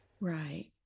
right